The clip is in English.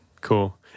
Cool